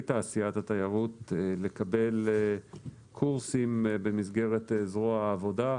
תעשיית התיירות לקבל קורסים במסגרת זרוע העבודה,